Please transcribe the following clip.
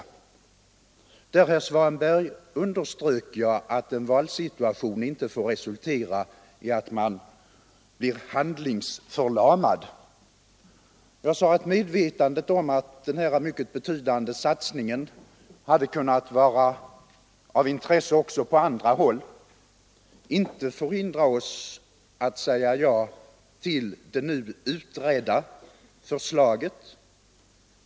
Där underströk jag, herr Svanberg, att en valsituation inte får resultera i att man blir handlingsförlamad. Jag sade att medvetandet om att denna betydande satsning kunde ha varit av intresse också på andra håll inte får hindra oss att säga ja till det nu utredda förslaget.